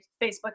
Facebook